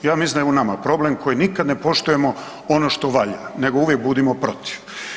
Ja mislim da je u nama problem koji nikad ne poštujemo ono što valja nego uvijek budimo protiv.